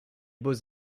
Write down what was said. beaux